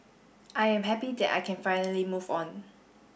I am happy that I can finally move on